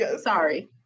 Sorry